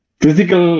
physical